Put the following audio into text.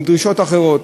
עם דרישות אחרות.